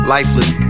Lifeless